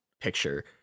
picture